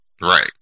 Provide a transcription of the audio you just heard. Right